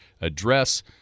address